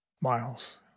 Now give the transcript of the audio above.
Miles